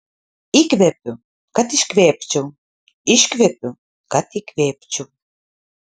įkvepiu kad iškvėpčiau iškvepiu kad įkvėpčiau